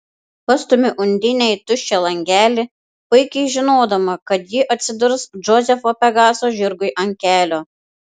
pastumiu undinę į tuščią langelį puikiai žinodama kad ji atsidurs džozefo pegaso žirgui ant kelio